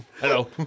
hello